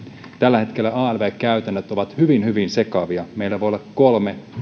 tällä hetkellä alv käytännöt ovat hyvin hyvin sekavia meillä voi olla kolme